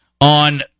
on